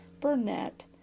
Burnett